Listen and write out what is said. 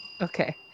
okay